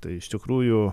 tai iš tikrųjų